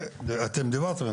כן, אתם דיברתם.